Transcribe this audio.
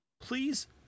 Please